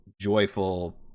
joyful